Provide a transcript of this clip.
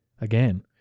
Again